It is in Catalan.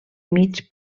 mig